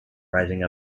rising